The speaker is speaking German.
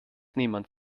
niemand